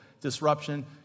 disruption